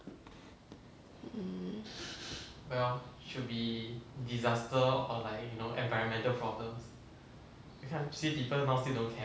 mm